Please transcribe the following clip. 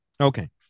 Okay